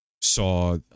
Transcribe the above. saw